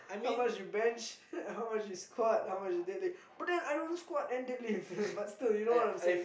how much you bench how much you squat how much you deadlift but then I don't squat and deadlift and but still you know what I am saying